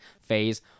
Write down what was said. phase